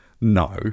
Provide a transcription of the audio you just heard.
no